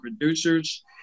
producers